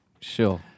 Sure